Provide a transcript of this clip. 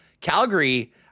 Calgary